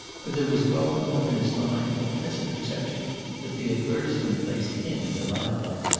for there was growing up in his mind a pleasant perception that the advertisement placed him in the limelight.